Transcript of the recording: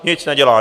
Nic nedělá.